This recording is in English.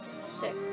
Six